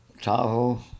Tahoe